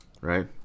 Right